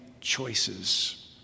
choices